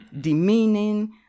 demeaning